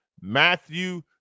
Matthew